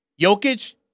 Jokic